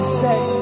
say